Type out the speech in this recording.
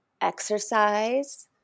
exercise